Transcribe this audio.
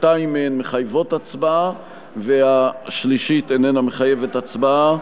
שתיים מהן מחייבות הצבעה והשלישית איננה מחייבת הצבעה.